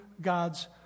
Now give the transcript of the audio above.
God's